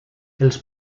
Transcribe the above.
els